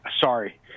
sorry –